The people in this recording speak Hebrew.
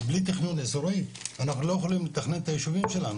בלי תכנון אזורי אנחנו לא יכולים לתכנן את היישובים שלנו,